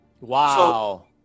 Wow